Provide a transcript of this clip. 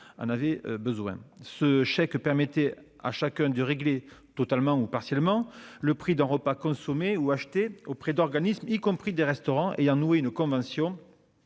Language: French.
en avait besoin. Ce chèque permettait à chacun de régler totalement ou partiellement le prix d'un repas consommé ou acheté auprès d'organismes, y compris des restaurants ayant noué une convention.